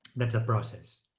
that's the process